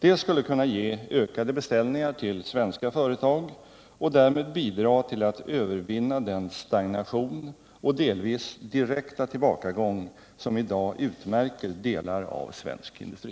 Det skulle kunna ge ökade beställningar till svenska företag och därmed bidra till att övervinna den stagnation och delvis direkta tillbakagång som i dag utmärker delar av svensk industri.